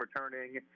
returning